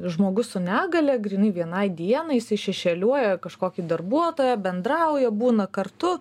žmogus su negalia grynai vienai dienai jisai šešėliuoja kažkokį darbuotoją bendrauja būna kartu